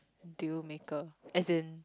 deal maker as in